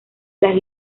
las